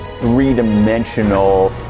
three-dimensional